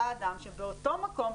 לאדם שבאותו מקום,